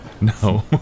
No